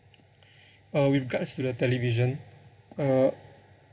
uh with regards to the television uh